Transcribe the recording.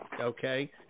okay